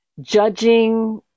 Judging